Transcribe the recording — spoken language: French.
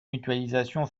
mutualisation